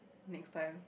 next time